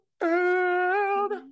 world